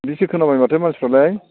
बिदिसो खोनाबाय माथो मानसिफ्रालाय